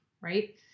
right